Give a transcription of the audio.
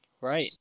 Right